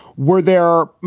were there.